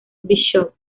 bishop